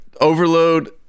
Overload